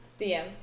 DM